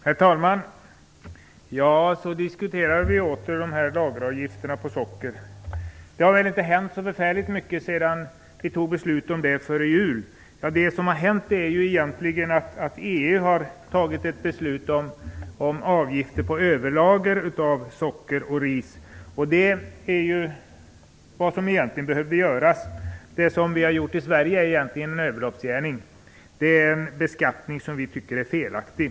Herr talman! Så diskuterar vi åter lageravgiften på socker. Det har väl inte hänt så mycket sedan vi fattade beslutet före jul, men det som har hänt är att EU har fattat ett beslut om avgifter på överlager av socker och ris. Det var ju vad som behövde göras. Det vi har gjort i Sverige är egentligen en överloppsgärning; det är en beskattning som vi tycker är felaktig.